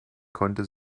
konnte